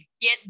get